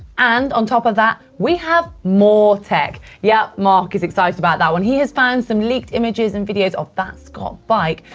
and on top of that, we have more tech. yes, yeah mark is excited about that one. he has found some leaked images and videos of that scott bike,